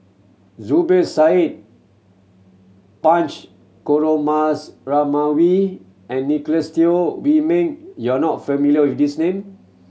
Zubir Said Punch and Teo Wei Min you are not familiar with these name